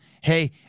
Hey